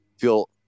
feel